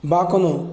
বা কোনো